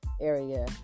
area